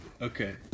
Okay